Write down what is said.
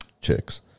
chicks